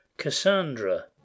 cassandra